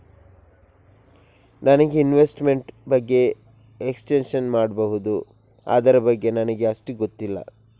ನನಗೆ ಇನ್ವೆಸ್ಟ್ಮೆಂಟ್ ಬಗ್ಗೆ ಎಕ್ಸ್ಪ್ಲೈನ್ ಮಾಡಬಹುದು, ಅದರ ಬಗ್ಗೆ ನನಗೆ ಅಷ್ಟು ಗೊತ್ತಿಲ್ಲ?